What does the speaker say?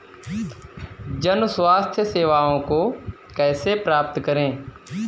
जन स्वास्थ्य सेवाओं को कैसे प्राप्त करें?